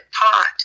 pot